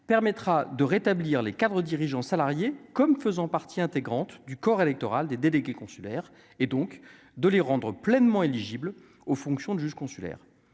permettra de rétablir les cadres dirigeants salariés comme faisant partie intégrante du corps électoral des délégués consulaires et donc de les rendre pleinement éligibles aux fonctions de juge consulaire,